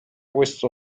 questo